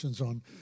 ...on